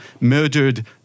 murdered